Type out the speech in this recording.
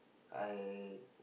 I